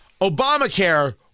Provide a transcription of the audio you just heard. Obamacare